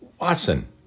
Watson